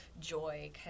joy